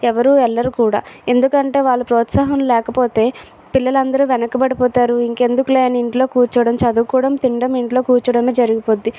ఎవరు వెళ్ళరు కూడా ఎందుకంటే వాళ్ళు ప్రోత్సాహం లేకపోతే పిల్లలందరు వెనకబడిపోతారు ఇంకెందుకులే అని ఇంట్లో కూర్చోవడం చదువుకోవడం తినడం ఇంట్లో కూర్చోవడం జరిగిపోద్ది